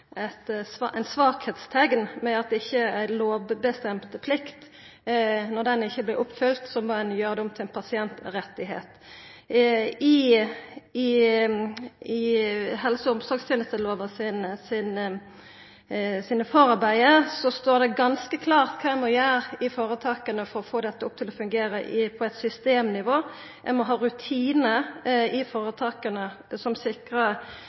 eit svakheitsteikn når det allereie er ei lovbestemd plikt. Når ho ikkje blir følgd opp, må ein gjera det om til ei pasientrettigheit. I forarbeida til helse- og omsorgslova står det ganske klart kva ein må gjera i føretaka for å få dette til å fungera på systemnivå: Ein må ha rutine som sikrar